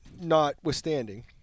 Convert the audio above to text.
notwithstanding